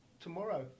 tomorrow